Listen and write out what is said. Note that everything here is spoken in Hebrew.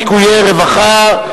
ניכויי רווחה),